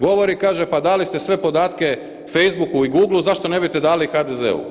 Govori, kaže, pa dali ste sve podatke Facebooku i Googleu, zašto ne biste dali i HDZ-u?